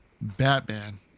Batman